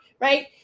right